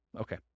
Okay